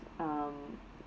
um